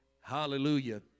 Hallelujah